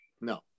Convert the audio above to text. no